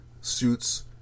suits